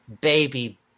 baby